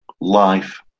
life